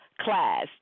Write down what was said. class